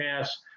pass